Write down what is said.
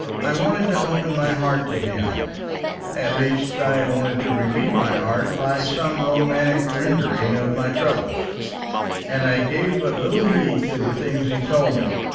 i wanted to open my heart to him at least i wanted to relieve my heart by some romantic rendering of my troubles and i gave but little heed to the things he told me.